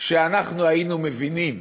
שאנחנו היינו מבינים